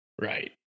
Right